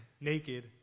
naked